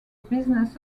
business